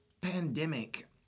pandemic